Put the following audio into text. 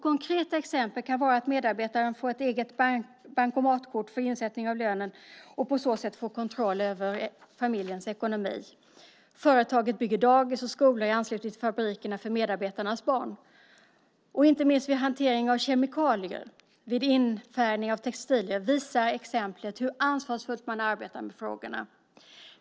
Konkreta exempel kan vara att medarbetarna får ett bankomatkort för insättningen av lönen och på så sätt får kontrollen över familjens ekonomi. Företaget bygger dagis och skolor i anslutning till fabrikerna för medarbetarnas barn. Inte minst vid hantering av kemikalier vid infärgning av textilier visar exemplet hur ansvarsfullt man arbetar med frågorna.